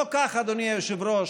לא כך, אדוני היושב-ראש,